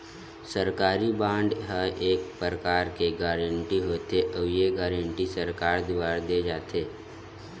सरकारी बांड ह एक परकार के गारंटी होथे, अउ ये गारंटी सरकार दुवार देय जाथे